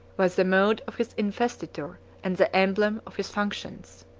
was the mode of his investiture and the emblem of his functions.